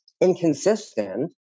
inconsistent